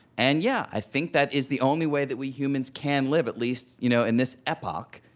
and, yeah, i think that is the only way that we humans can live, at least you know in this epoch,